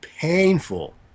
Painful